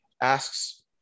asks